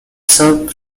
served